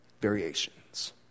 variations